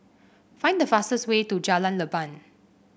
find the fastest way to Jalan Leban